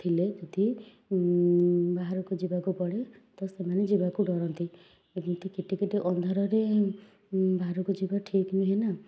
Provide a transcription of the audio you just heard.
ଥିଲେ ଯଦି ବାହାରକୁ ଯିବାକୁ ପଡ଼େ ତ ସେମାନେ ଯିବାକୁ ଡରନ୍ତି ଏମିତି କିଟିକିଟି ଅନ୍ଧାରରେ ବାହାରକୁ ଯିବା ଠିକ୍ ନୁହେଁ ନା